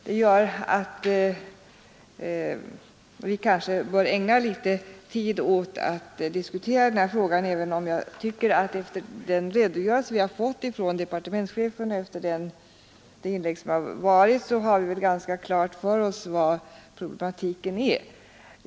Därför bör vi kanske ägna litet tid åt att diskutera den här frågan även om vi, efter den redogörelse vi har fått från departementschefen och efter de inlägg som gjorts, väl har ganska klart för oss hur problematiken är.